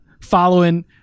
following